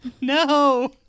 no